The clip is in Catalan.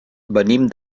venim